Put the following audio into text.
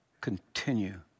continue